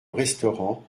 restaurant